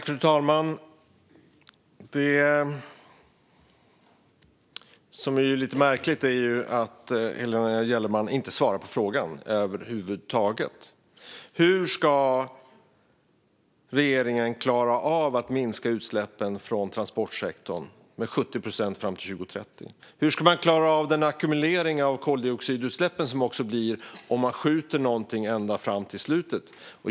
Fru talman! Det som är lite märkligt är att Helena Gellerman inte svarar på frågan över huvud taget. Hur ska regeringen klara av att minska utsläppen från transportsektorn med 70 procent fram till 2030? Hur ska man klara av den ackumulering av koldioxidutsläppen som blir om man skjuter på någonting ända fram till slutet?